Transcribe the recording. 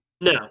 No